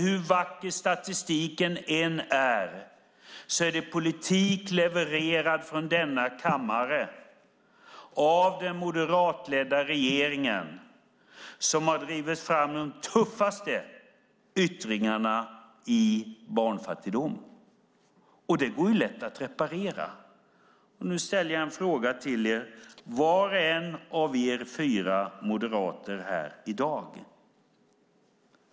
Hur vacker statistiken än är, är det politik levererad från denna kammare av den moderatledda regeringen som har drivit fram de tuffaste yttringarna i fråga om barnfattigdom. Det går lätt att reparera. Nu ställer jag en fråga till var och en av er fyra moderater här i dag.